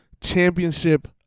championship